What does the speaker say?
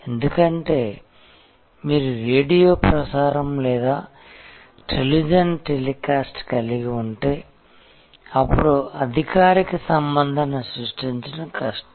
ఎందుకంటే మీరు రేడియో ప్రసారం లేదా టెలివిజన్ టెలికాస్ట్ కలిగి ఉంటే అప్పుడు అధికారిక సంబంధాన్ని సృష్టించడం కష్టం